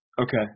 Okay